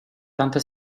tante